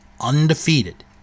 undefeated